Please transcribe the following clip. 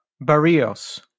barrios